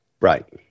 Right